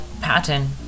pattern